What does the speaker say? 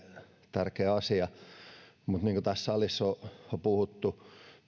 tärkeä asia tässä salissa on puhuttu